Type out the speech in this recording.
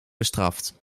bestraft